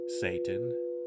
Satan